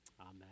Amen